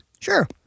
Sure